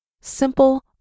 simple